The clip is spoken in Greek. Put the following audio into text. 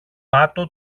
πάτο